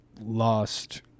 lost